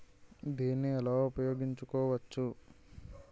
దీన్ని ఎలా ఉపయోగించు కోవచ్చు?